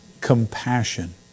Compassion